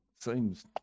seems